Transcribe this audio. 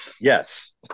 yes